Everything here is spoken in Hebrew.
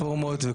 רפורמות.